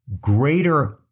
greater